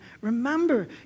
Remember